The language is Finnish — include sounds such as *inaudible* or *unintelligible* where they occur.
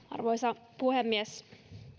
*unintelligible* arvoisa puhemies